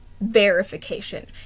verification